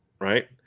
right